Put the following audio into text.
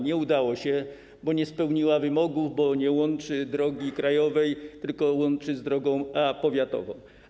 Nie udało się, bo nie spełniła wymogów, bo nie łączy drogi krajowej, tylko łączy z drogą A, powiatową.